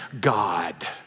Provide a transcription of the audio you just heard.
God